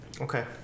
Okay